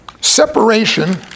Separation